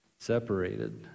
Separated